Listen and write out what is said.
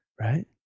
right